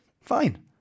Fine